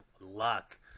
luck